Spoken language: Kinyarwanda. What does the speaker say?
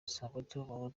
samputu